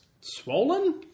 swollen